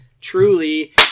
truly